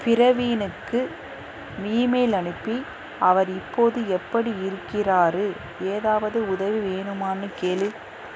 பிரவீனுக்கு email அனுப்பி அவர் இப்போது எப்படி இருக்கிறார் ஏதாவது உதவி வேணுமான்னு கேள்